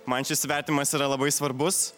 man šis įvertinimas yra labai svarbus